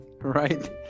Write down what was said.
right